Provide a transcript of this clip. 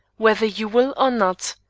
whether you will or not.